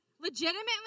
Legitimately